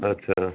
اچھا